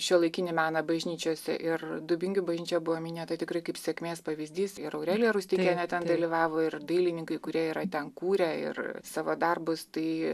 šiuolaikinį meną bažnyčiose ir dubingių bažnyčia buvo minėta tikrai kaip sėkmės pavyzdys ir aurelija rusteikienė ten dalyvavo ir dailininkai kurie yra ten kūrę ir savo darbus tai